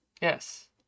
Yes